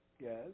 yes